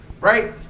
right